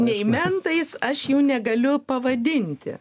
nei mentais aš jų negaliu pavadinti